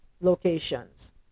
locations